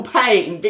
pain